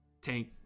tank